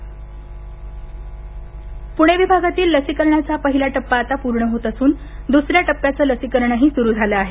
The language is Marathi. पणे विभाग लसीकरण पुणे विभागातील लसीरकणाचा पहिला टप्पा आता पूर्ण होत असून द्स या टप्याचं लसीकरणही सुरू झालं आहे